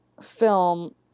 Film